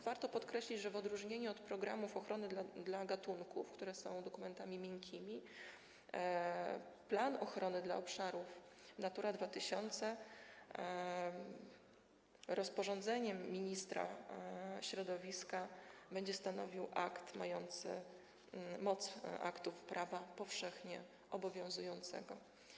Warto podkreślić, że w odróżnieniu od programów ochrony gatunków, które są dokumentami miękkimi, plan ochrony dla obszarów Natura 2000 zgodnie z rozporządzeniem ministra środowiska będzie stanowił akt mający moc aktów prawa powszechnie obowiązującego.